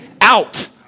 out